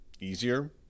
easier